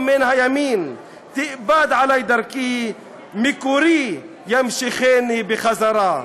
מן הימים תאבד עלי דרכי / מקורי ימשכני בחזרה."